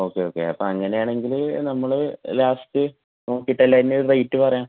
okay okay അപ്പോൾ അങ്ങനെയാണെങ്കിൽ നമ്മൾ ലാസ്റ്റ് നോക്കിയിട്ടെല്ലാം അതിന്റെ ഒരു റേറ്റ് പറയാം